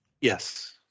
Yes